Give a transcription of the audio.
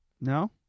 No